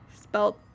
Spelled